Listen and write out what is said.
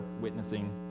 witnessing